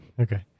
Okay